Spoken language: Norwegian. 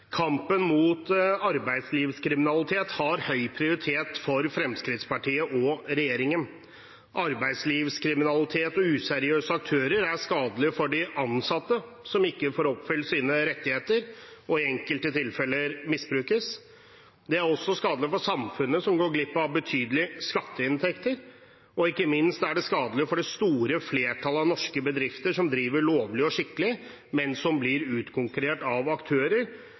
Kampen mot arbeidslivskriminalitet har høy prioritet for Fremskrittspartiet og regjeringen. Arbeidslivskriminalitet og useriøse aktører er skadelig for de ansatte, som ikke får oppfylt sine rettigheter – og i enkelte tilfeller misbrukes. Det er også skadelig for samfunnet, som går glipp av betydelige skatteinntekter. Ikke minst er det skadelig for det store flertallet av norske bedrifter som driver lovlig og skikkelig, men som blir utkonkurrert av aktører